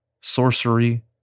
sorcery